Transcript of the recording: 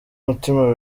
umutima